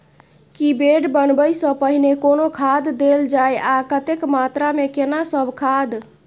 की bed बनबै सॅ पहिने कोनो खाद देल जाय आ कतेक मात्रा मे केना सब खाद?